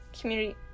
community